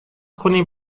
کنیم